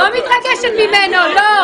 לא מתרגשת ממנו, לא.